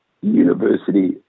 university